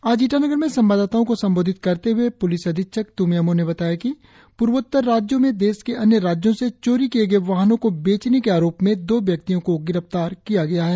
आज ईटानगर में संवाददाताओं को संबोधित करते हए प्लिस अधीक्षक त्मे आमो ने बताया कि पूर्वोत्तर राज्यों में देश के अन्य राज्यों से चोरी किये गए वाहनो को बेचने के आरोप में दो व्यक्तियों को गिरफ्तार किया गया है